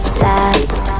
last